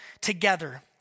together